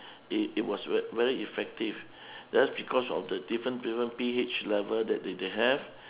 it it was very very effective that's because of the different different P_H level that they they have